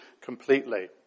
completely